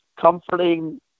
comforting